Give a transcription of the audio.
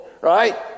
Right